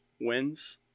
wins